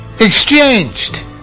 exchanged